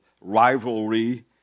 rivalry